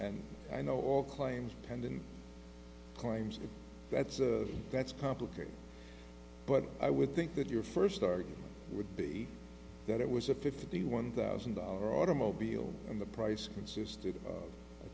and i know all claims pending claims that's gets complicated but i would think that your first argument would be that it was a fifty one thousand dollar automobile and the price consisted of